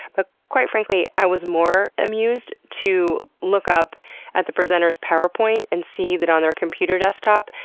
but quite frankly i was more amused to look up at the presenter's powerpoint and see that on their computer desktop,